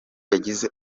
yagize